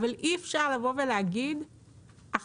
אי אפשר לבוא ולהגיד עכשיו.